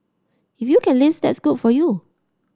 if you can list that's good for you